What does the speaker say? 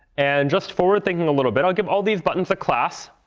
and just forward thinking a little bit, i'll give all these buttons a class.